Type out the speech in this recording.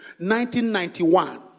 1991